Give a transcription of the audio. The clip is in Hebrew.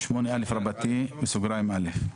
8א2 8א(א),